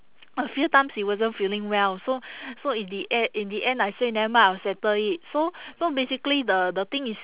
a few times she wasn't feeling well so so in the e~ in the end I say nevermind I'll settle it so so basically the the thing is